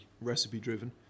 recipe-driven